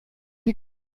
die